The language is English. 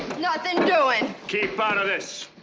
nothing doing! keep out of this!